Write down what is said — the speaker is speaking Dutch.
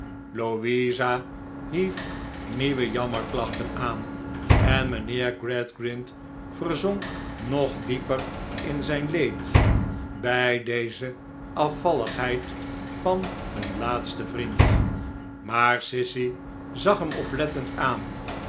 hief nieuwe jammerklachten aan en mijnheer gradgrind verzonk nog dieper in zijn leed bij dezeafvalligheid vanhunlaatsten vriend maar sissy zag hem oplettend aan